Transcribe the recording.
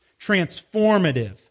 transformative